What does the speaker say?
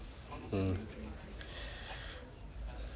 mm